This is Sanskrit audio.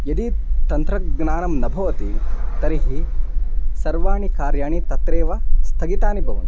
यदि तन्त्रज्ञानं न भवति तर्हि सर्वाणि कार्याणि तत्रैव स्थगितानि भवन्ति